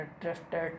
drifted